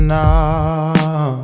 now